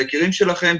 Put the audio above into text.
על היקירים שלכם,